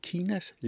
Kinas